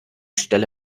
stelle